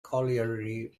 colliery